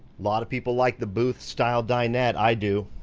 lot of people like the booth-style dinette. i do.